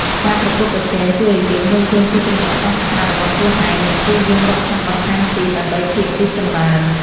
ការប្រកួតប្រជែងជួយឱ្យយើងមើលឃើញពីចំណុចខ្វះខាតរបស់ខ្លួនឯង និងព្យាយាមហ្វឹកហាត់បន្ថែមទៀតដើម្បីភាពរីកចម្រើន។